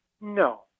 No